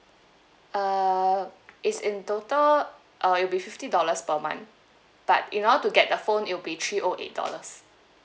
uh it's in total uh it'll be fifty dollars per month but in order to get the phone it'll be three O eight dollars